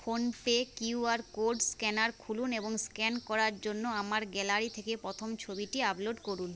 PhonePe QR code scanner খুলুন এবং scan করার জন্য আমার গ্যালারি থেকে প্রথম ছবিটি আপলোড করুন